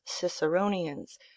ciceronians